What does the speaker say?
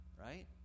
right